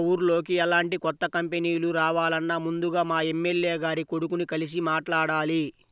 మా ఊర్లోకి ఎలాంటి కొత్త కంపెనీలు రావాలన్నా ముందుగా మా ఎమ్మెల్యే గారి కొడుకుని కలిసి మాట్లాడాలి